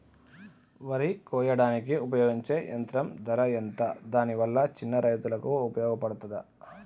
వరి కొయ్యడానికి ఉపయోగించే యంత్రం ధర ఎంత దాని వల్ల చిన్న రైతులకు ఉపయోగపడుతదా?